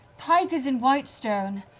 pike is in whitestone.